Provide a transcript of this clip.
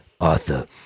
Arthur